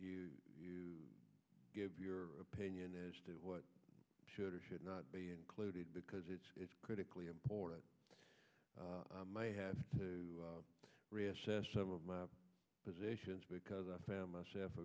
you to give your opinion as to what should or should not be included because it's critically important i may have to reassess some of my positions because i found myself